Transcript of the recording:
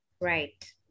right